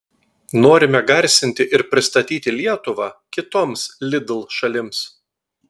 norime garsinti ir pristatyti lietuvą kitoms lidl šalims